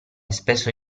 spesso